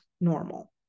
normal